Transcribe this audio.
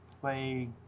play